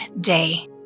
day